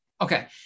Okay